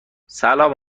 سلام